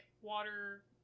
water